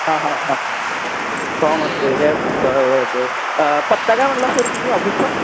हां हां हां फॉम असतो आहे काय बरं बरं बरं पत्ता काय म्हणाला सर तुम्ही ऑफिसचा